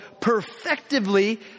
perfectively